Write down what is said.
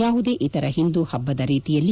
ಯಾವುದೇ ಇತರ ಹಿಂದೂ ಹಬ್ಬದ ರೀತಿಯಲ್ಲಿ